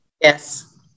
Yes